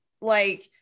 like-